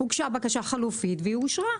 הוגשה בקשה חלופית והיא אושרה.